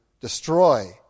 destroy